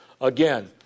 Again